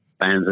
fans